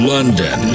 London